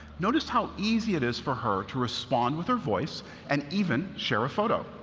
notice how easy it is for her to respond with her voice and even share a photo.